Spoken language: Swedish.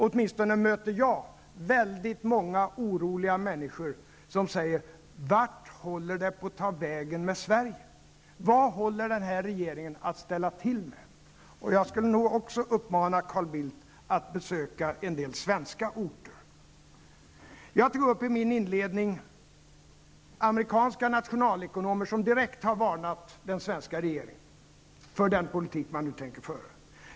Åtminstone möter jag väldigt många oroliga människor som säger: Vart håller det på att ta vägen med Sverige? Vad håller den här regeringen på att ställa till med? Jag skulle nog vilja uppmana Carl Bildt att också besöka en del svenska orter. I min inledning tog jag upp att amerikanska nationalekonomer tidigare har varnat den svenska regeringen för den politik den nu tänker föra.